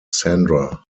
sandra